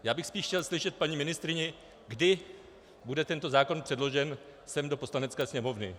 Já bych spíš chtěl slyšet paní ministryni, kdy bude tento zákon předložen sem, do Poslanecké sněmovny.